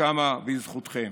שקמה בזכותכם.